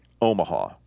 Omaha